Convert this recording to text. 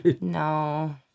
No